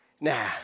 nah